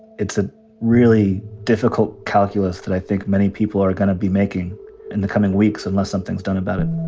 it's a really difficult calculus that i think many people are gonna be making in the coming weeks unless something's done about it.